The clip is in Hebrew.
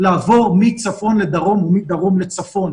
לעבור מצפון לדרום ומדרום לצפון.